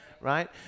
right